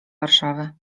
warszawy